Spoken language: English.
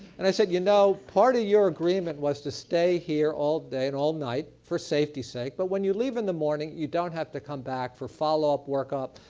and i said, you know, part of your agreement was to stay here all day and all night for safety's sake, but when you leave in the morning you don't have to come back for follow up workup,